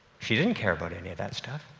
she didn't care about any of that stuff.